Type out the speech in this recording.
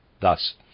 Thus